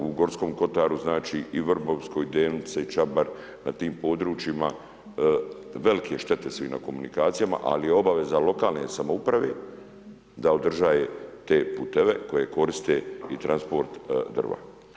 Evo u Gorskom kotaru znači i Vrbovsko i Delnice i Čabar na tim područjima, velike štete su i na komunikacijama ali je obaveza lokalne samouprave da održaje te puteve koje koriste i transport drva.